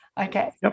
Okay